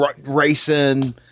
racing